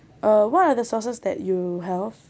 uh what are the sauces that you have